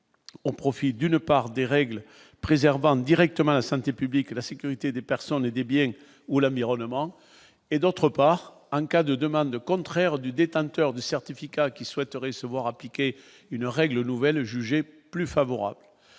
au profit d'une part des règles préservant directement la santé publique et la sécurité des personnes et des biens ou la environnement et, d'autre part, en cas de demande contraire du détenteur du certificat qui souhaiterait se voir appliquer une règle nouvelle jugée plus favorable,